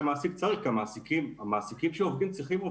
אותם 7,500 שקלים שרצו לתת למעסיקים כדי להחזיר עובדים.